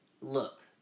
look